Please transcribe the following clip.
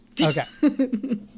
okay